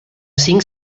cinc